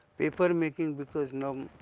paper making, because. now,